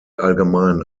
allgemein